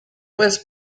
was